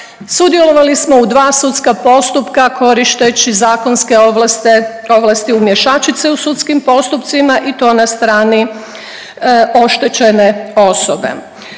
sudjelovali smo u dva sudska postupka koristeći zakonske ovlasti umješačice u sudskim postupcima i to na strani oštećene osobe.